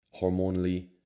hormonally